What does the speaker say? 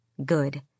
good